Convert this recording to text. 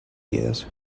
years